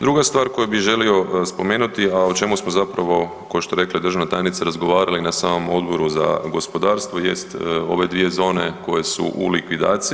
Druga stvar koju bi želio spomenuti, a o čemu smo zapravo ko što je rekla državna tajnica razgovarali na samom Odboru za gospodarstvu jest ove dvije zone koje su u likvidaciji.